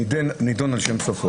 בן סורר ומורה נידון על שם סופו.